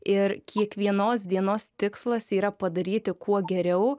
ir kiekvienos dienos tikslas yra padaryti kuo geriau